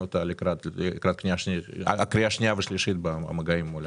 אותה לקראת קריאה שנייה ושלישית במגעים מול